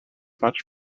much